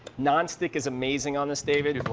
non-stick is amazing on this, david,